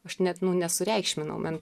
aš net nesureikšminau man